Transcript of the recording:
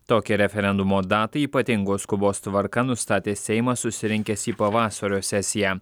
tokią referendumo datą ypatingos skubos tvarka nustatė seimas susirinkęs į pavasario sesiją